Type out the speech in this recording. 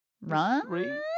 Run